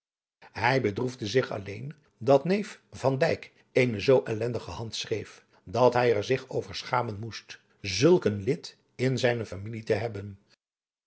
hij bedroefde zich alleen dat neef van dyk eene zoo ellendige hand schreef dat hij er zich over schamen moest zulk een lid in zijne familie te hebben